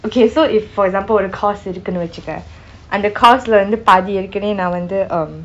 okay so if for example ஒரு:oru course இருக்குனு வச்சுக்க அந்த:irukkunu vachuka antha course லே பாதி ஏற்கனவே வந்து:lei pathi erkenavai vanthu um